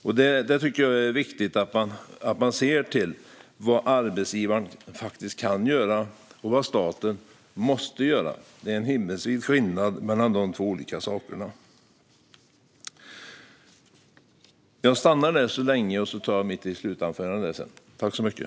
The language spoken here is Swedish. Jag tycker att det viktigt att man ser till vad arbetsgivaren faktiskt kan göra och vad staten måste göra; det är en himmelsvid skillnad mellan dessa två olika saker.